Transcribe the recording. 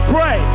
Pray